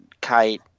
Kite